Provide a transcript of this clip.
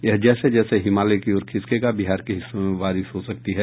यह जैसे जैसे हिमालय की ओर खिसकेगा बिहार के हिस्सों में बारिश हो सकती है